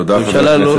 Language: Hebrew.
תודה, חבר הכנסת מרגי.